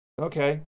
Okay